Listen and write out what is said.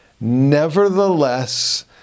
Nevertheless